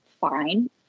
fine